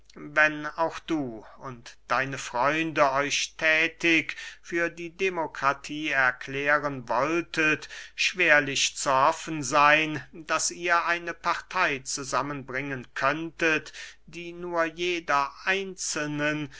wenn auch du und deine freunde euch thätig für die demokratie erklären wolltet schwerlich zu hoffen seyn daß ihr eine partey zusammen bringen könntet die nur jeder einzelnen